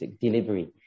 Delivery